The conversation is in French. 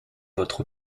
votre